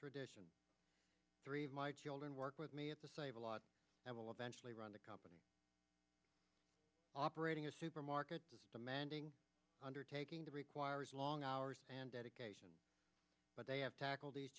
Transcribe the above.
tradition three of my children work with me at the save a lot that will eventually run the company operating a supermarket demanding undertaking to requires long hours and dedication but they have tackled these